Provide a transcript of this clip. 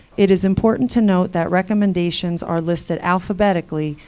it is important to note that recommendations are listed alphabetically,